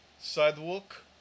Sidewalk